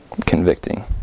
Convicting